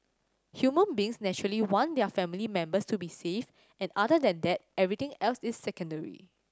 human beings naturally want their family members to be safe and other than that everything else is secondary